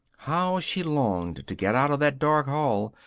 how she longed to get out of that dark hall,